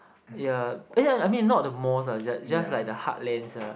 ya eh ya I mean not the malls ah it just it just like the heartlands ah